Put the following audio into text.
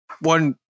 one